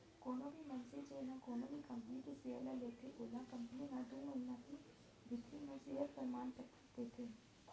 कोनो भी मनसे जेन ह कोनो भी कंपनी के सेयर ल लेथे ओला कंपनी ह दू महिना के भीतरी म सेयर परमान पतरक देथे